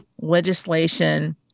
legislation